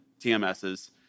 TMSs